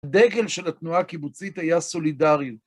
הדגל של התנועה הקיבוצית היה סולידריות.